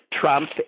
Trump